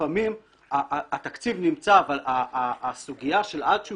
שלפעמים התקציב נמצא אבל הסוגיה של עד שהוא